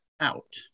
out